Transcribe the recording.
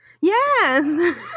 Yes